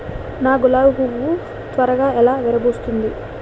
నా గులాబి పువ్వు ను త్వరగా ఎలా విరభుస్తుంది?